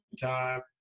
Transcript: time